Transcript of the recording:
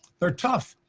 they're tough.